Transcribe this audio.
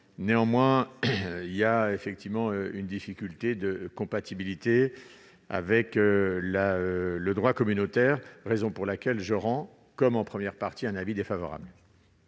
néanmoins, il y a une difficulté de comptabilité avec le droit communautaire. C'est la raison pour laquelle j'émets, comme en première partie, un avis défavorable.